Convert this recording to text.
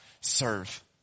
Serve